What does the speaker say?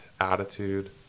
attitude